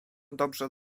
dobrze